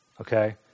okay